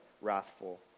wrathful